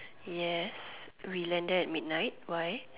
yes we landed in midnight why